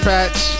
Patch